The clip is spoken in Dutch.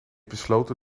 besloten